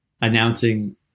announcing